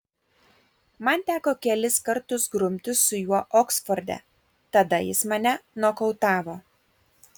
man teko kelis kartus grumtis su juo oksforde tada jis mane nokautavo